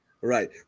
Right